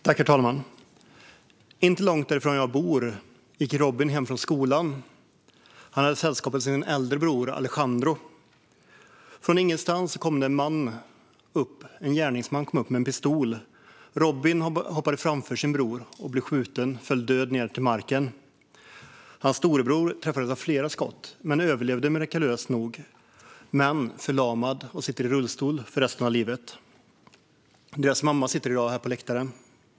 Herr talman! Inte långt därifrån jag bor gick Robin hem från skolan. Han hade sällskap med sin äldre bror Alejandro. Som från ingenstans kom en gärningsman fram med en pistol. Robin hoppade in framför sin bror, blev skjuten och föll död ned till marken. Hans storebror träffades av flera skott men överlevde mirakulöst nog. Men han är förlamad och måste sitta i rullstol resten av livet. Deras mamma sitter i dag här på läktaren.